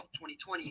2020